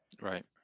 Right